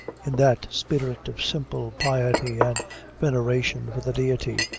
in that spirit of simple piety and veneration for the deity,